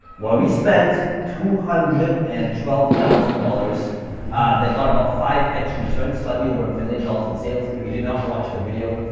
where we spent two hundred and twelve thousand dollars that got about five x return, slightly over a million dollars in sales. if you did not watch the video,